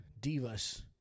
divas